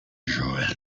joël